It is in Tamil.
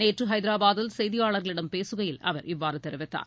நேற்று ஹைதராபாதில் செய்தியாளர்களிடம் பேசுகையில் அவர் இவ்வாறு தெரிவித்தார்